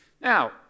Now